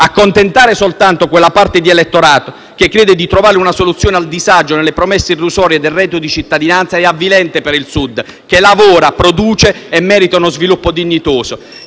Accontentare soltanto quella parte di elettorato che chiede di trovare una soluzione al disagio nelle promesse illusorie del reddito di cittadinanza è avvilente per il Sud, che lavora, produce e merita uno sviluppo dignitoso.